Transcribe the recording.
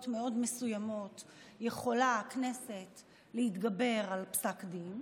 מאוד מסוימות יכולה הכנסת להתגבר על פסק דין,